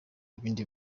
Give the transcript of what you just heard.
ibindi